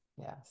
Yes